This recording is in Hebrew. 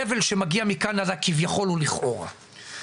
וזבל שמגיע מקנדה כביכול ולכאורה.